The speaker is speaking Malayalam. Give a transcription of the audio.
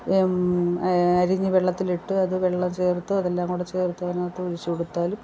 അരിഞ്ഞ് വെള്ളത്തിലിട്ട് വെള്ളം ചേർത്ത് അതെല്ലാം കൂടെ ചേർത്ത് അതിനാത്തൊഴിച്ച് കൊടുത്താലും